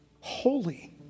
holy